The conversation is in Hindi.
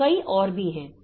कई और भी हैं